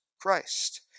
Christ